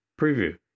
preview